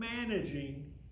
managing